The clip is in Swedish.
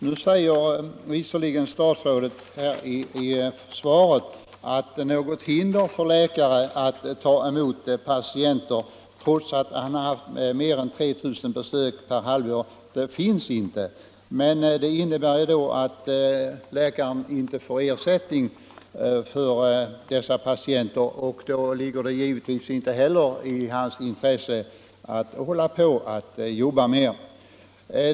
Nu säger visserligen statsrådet i svaret: ”Något hinder för läkare att ta emot patienter trots att han haft mer än 3 000 besök per halvår finns därför inte.” Men det innebär ju att läkaren inte får ersättning för dessa patienter, och då ligger det givetvis inte heller i hans intresse att ta sig an dem.